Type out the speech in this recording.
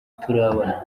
turabona